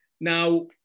Now